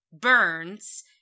burns